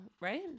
right